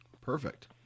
perfect